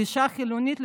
לאישה חילונית,